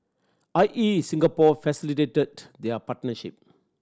I E Singapore facilitated their partnership